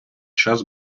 час